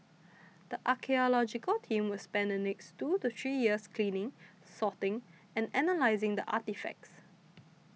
the archaeological team will spend the next two to three years cleaning sorting and analysing the artefacts